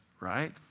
right